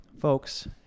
folks